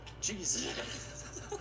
jesus